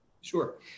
sure